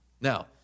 Now